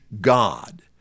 God